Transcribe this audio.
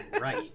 right